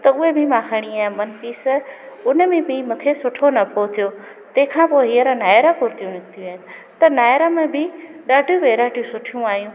त उहे बि मां खणी आयमि वन पीस उन में बि मूंखे सुठो नफ़ो थियो तंहिंखां पोइ हीअंर नायरा कुर्तियूं निकितियूं आहिनि त नायरा में बि ॾाढियूं वैराइटियूं सुठियूं आहियूं